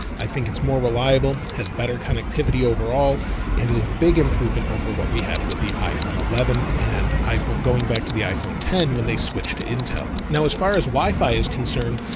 i think it's more reliable, has better connectivity overall and is a big improvement over what we had with the iphone eleven and iphone. going back to the iphone ten when they switched to intel. now, as far as wifi is concerned,